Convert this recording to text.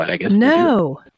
No